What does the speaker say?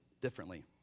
differently